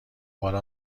حالا